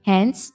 Hence